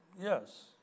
yes